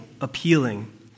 appealing